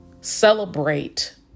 celebrate